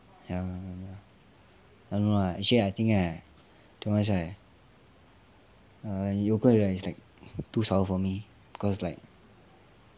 ya I don't know lah actually I think right to be honest right err yoghurt right is like too sour for me cause like